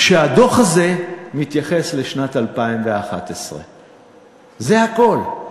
שהדוח הזה מתייחס לשנת 2011. זה הכול.